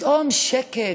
פתאום שקט.